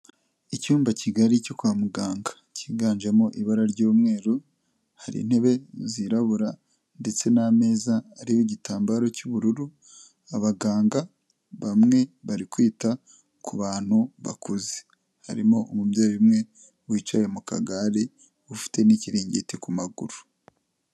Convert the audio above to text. Icyumba kigari cyo kwa muganga kiganjemo ibara ry'umweru hari intebe zirabura ndetse n'ameza ari igitambaro cy'ubururu abaganga bamwe bari kwita ku bantu bakuze harimo umubyeyi umwe wicaye mu kagare ufite n'ikiringiti ku maguru.